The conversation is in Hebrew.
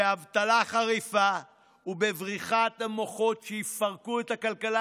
באבטלה חריפה ובבריחת מוחות שיפרקו את הכלכלה